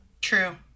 true